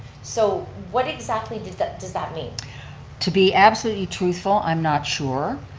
so what exactly does that does that mean? to be absolutely truthful, i'm not sure.